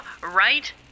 right